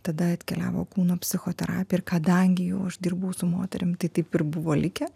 tada atkeliavo kūno psichoterapija ir kadangi jau aš dirbau su moterim tai taip ir buvo likę